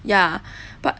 ya but